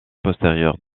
postérieure